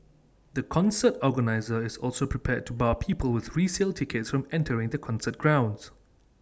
the concert organiser is also prepared to bar people with resale tickets from entering the concert grounds